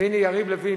והנה יריב לוין,